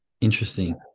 Interesting